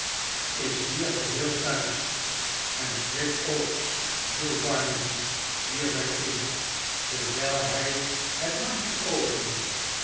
is hier geheel thuis en grip ook viel barnaby hierop in terwijl hij het mandje opende